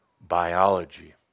biology –